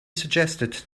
suggested